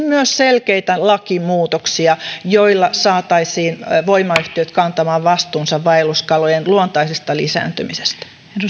myös selkeitä lakimuutoksia joilla saataisiin voimayhtiöt kantamaan vastuunsa vaelluskalojen luontaisesta lisääntymisestä